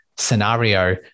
Scenario